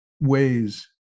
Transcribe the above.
ways